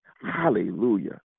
Hallelujah